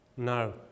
no